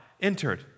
entered